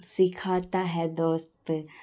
سکھاتا ہے دوست